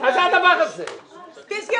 שבוצע